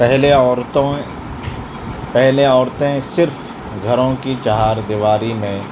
پہلے عورتیں پہلے عورتیں صرف گھروں کی چہار دیواری میں